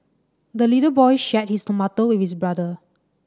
the little boy shared his tomato with his brother